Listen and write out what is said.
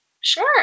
Sure